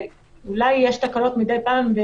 אולי יש תקלות שמע מדי פעם,